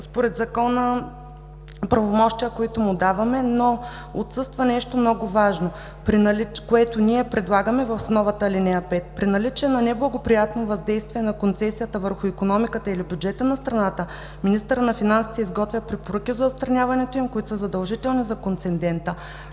според закона правомощия, които му даваме, но отсъства нещо много важно, което ние предлагаме в новата ал. 5: „при наличие на неблагоприятно въздействие на концесията върху икономиката или бюджета на страната министърът на финансите изготвя препоръки за отстраняването им, които са задължителни за концедента.“.